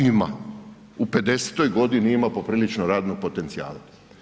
Ima, u 50 godini ima poprilično radnog potencijala.